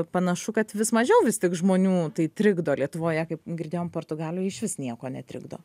panašu kad vis mažiau vis tik žmonių tai trikdo lietuvoje kaip girdėjom portugalijoj išvis nieko netrikdo